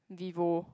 Vivo